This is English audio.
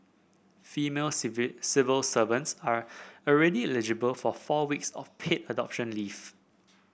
female civil servants are already eligible for four weeks of paid adoption leave